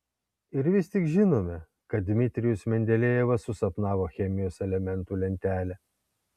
ir vis tik žinome kad dmitrijus mendelejevas susapnavo chemijos elementų lentelę